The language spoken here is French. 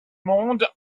monde